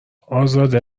ازاده